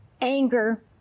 anger